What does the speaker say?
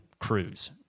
crews